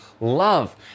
love